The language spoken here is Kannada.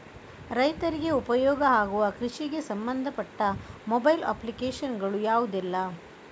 ರೈತರಿಗೆ ಉಪಯೋಗ ಆಗುವ ಕೃಷಿಗೆ ಸಂಬಂಧಪಟ್ಟ ಮೊಬೈಲ್ ಅಪ್ಲಿಕೇಶನ್ ಗಳು ಯಾವುದೆಲ್ಲ?